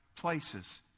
places